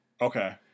Okay